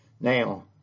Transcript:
now